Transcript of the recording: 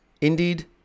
Indeed